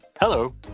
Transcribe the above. Hello